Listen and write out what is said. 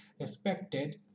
respected